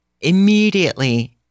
immediately